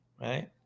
right